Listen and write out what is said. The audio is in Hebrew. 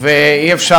ומסעוד